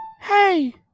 hey